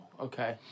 okay